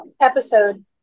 episode